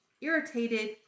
irritated